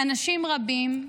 אנשים רבים.